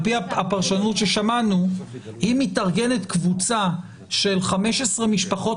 על פי הפרשנות ששמענו אם מתארגנת קבוצה של 15 משפחות